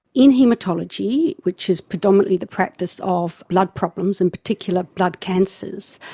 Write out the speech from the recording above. in haematology, which is predominantly the practice of blood problems, in particular blood cancers,